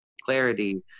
clarity